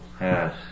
Yes